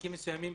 בתיקים מסוימים,